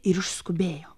ir išskubėjo